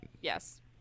Yes